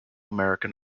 american